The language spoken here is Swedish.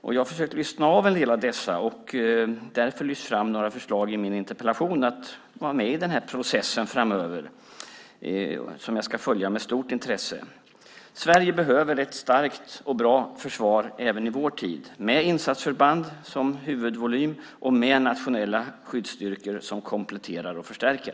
Jag har försökt att lyssna av en del av dessa och jag har i min interpellation här i dag lyft fram några förslag att vara med i processen framöver. Jag ska följa den med stort intresse. Sverige behöver ett starkt och bra försvar även i vår tid med insatsförband som huvudvolym och med nationella skyddsstyrkor som kompletterar och förstärker.